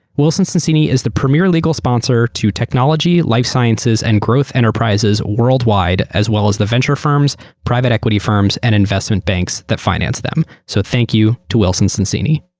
wilson sonsini is the premier legal advisor to technology, life sciences, and growth enterprises worldwide, as well as the venture firms, private equity firms, and investment banks that finance them. so thank you to wilson sonsini.